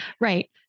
Right